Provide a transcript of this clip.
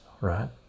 right